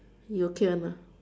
you okay one ah